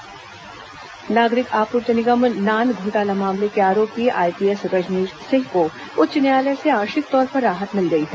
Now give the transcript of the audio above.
high court राहत नागरिक आपूर्ति निगम नान घोटाला मामले के आरोपी आईपीएस रजनेश सिंह को उच्च न्यायालय से आंशिक तौर पर राहत मिल गई है